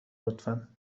لطفا